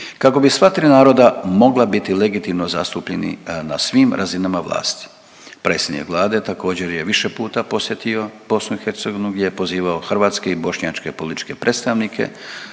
kako bi sva tri naroda mogla biti legitimno zastupljeni na svim razinama vlasti. Predsjednik Vlade također je više puta posjetio BiH gdje je pozivao hrvatske i bošnjačke političke predstavnike